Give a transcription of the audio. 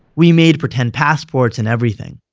we made pretend passports and everything.